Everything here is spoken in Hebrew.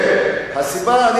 ראיתי את הסיבה,